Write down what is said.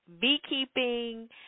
beekeeping